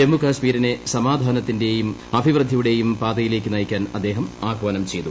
ജമ്മുകശ്മീരിനെ സമാധാനത്തിന്റേയും അഭിവൃദ്ധിയുടെയും പാതയിലേക്ക് നയിക്കാൻ അദ്ദേഹംആഹാനം ചെയ്തു